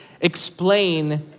explain